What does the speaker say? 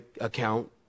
account